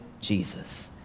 Jesus